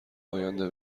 آینده